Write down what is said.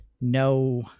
no